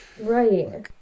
Right